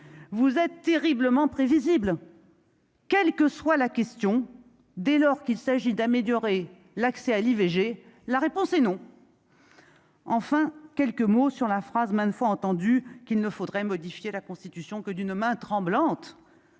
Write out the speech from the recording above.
vous êtes terriblement prévisible. Quelle que soit la question dès lors qu'il s'agit d'améliorer l'accès à l'IVG, la réponse est non. Enfin, quelques mots sur la phrase maintes fois entendue qu'il ne faudrait modifier la Constitution que d'une main tremblante